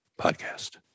podcast